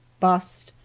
bust,